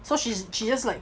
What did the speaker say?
so she's just like